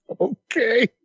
Okay